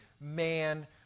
man